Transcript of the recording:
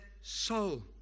soul